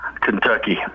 Kentucky